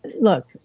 look